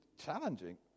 challenging